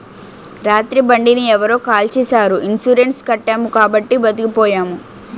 రాత్రి బండిని ఎవరో కాల్చీసారు ఇన్సూరెన్సు కట్టాము కాబట్టి బతికిపోయాము